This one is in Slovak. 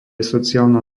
sociálna